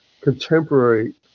contemporary